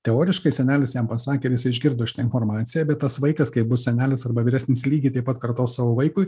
teoriškai senelis jam pasakė ir jisai išgirdo šitą informaciją bet tas vaikas kai bus senelis arba vyresnis lygiai taip pat kartos savo vaikui